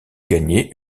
gagner